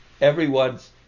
everyone's